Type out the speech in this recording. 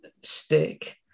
stick